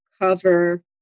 cover